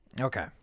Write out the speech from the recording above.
Okay